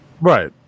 Right